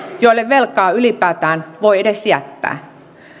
joille velkaa ylipäätään voi edes jättää